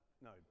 No